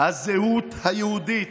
הזהות היהודית.